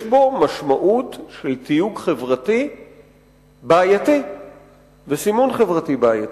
יש בו משמעות של תיוג חברתי בעייתי וסימון חברתי בעייתי.